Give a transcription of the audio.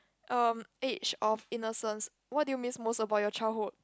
erm age of innocence what do you miss most about your childhood